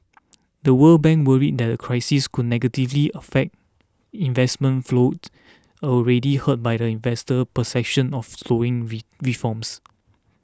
The World Bank worries that the crisis could negatively affect investment flowed already hurt by the investor perceptions of slowing reforms